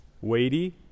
weighty